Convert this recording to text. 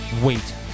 Wait